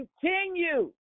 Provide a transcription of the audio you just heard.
continue